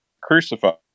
crucified